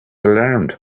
alarmed